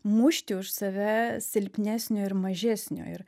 mušti už save silpnesnio ir mažesnio ir